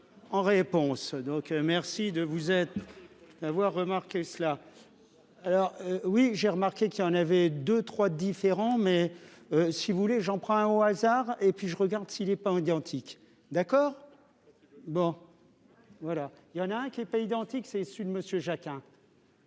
En réponse, donc merci de vous être. Avoir remarqué cela. Alors oui j'ai remarqué qu'il y en avait deux 3 différents mais. Si vous voulez, j'en prends un au hasard et puis je regarde s'il est pas identique. D'accord. Bon. Voilà il y en a un qui est pas identique c'est Monsieur Jacques